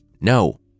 No